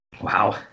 Wow